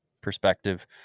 perspective